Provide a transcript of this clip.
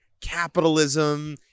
capitalism